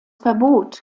verbot